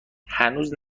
هنوز